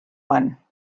one